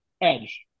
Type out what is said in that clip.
edge